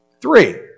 Three